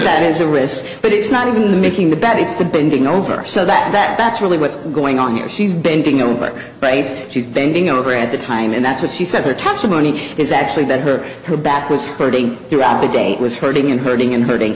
that it's a risk but it's not even making the bet it's the bending over so that that's really what's going on here she's bending over braids she's bending over at the time and that's what she said her testimony is actually that her her back was hurting throughout the day it was hurting and hurting and hurting